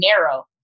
narrow